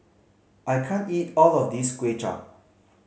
I can't eat all of this Kuay Chap